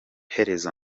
iherezo